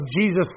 Jesus